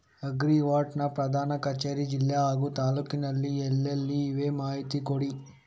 Agri mart ನ ಪ್ರಧಾನ ಕಚೇರಿ ಜಿಲ್ಲೆ ಹಾಗೂ ತಾಲೂಕಿನಲ್ಲಿ ಎಲ್ಲೆಲ್ಲಿ ಇವೆ ಮಾಹಿತಿ ಕೊಡಿ?